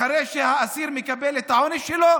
אחרי שהאסיר מקבל את העונש שלו,